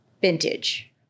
vintage